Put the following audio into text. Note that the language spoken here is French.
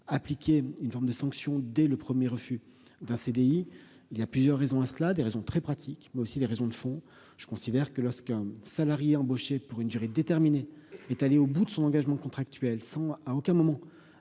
appliquer une forme de sanction dès le 1er refus d'un CDI, il y a plusieurs raisons à cela des raisons très pratique, mais aussi les raisons de fond, je considère que lorsqu'un salarié embauché pour une durée déterminée, est allé au bout de son engagement contractuel sans à aucun moment,